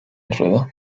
rueda